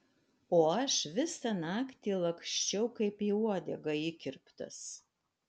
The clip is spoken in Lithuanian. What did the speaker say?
o aš visą naktį laksčiau kaip į uodegą įkirptas